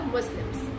Muslims